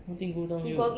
what thing go downhill